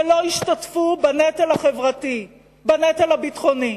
שלא ישתתפו בנטל החברתי, בנטל הביטחוני,